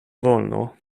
wolno